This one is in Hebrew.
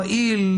פעיל,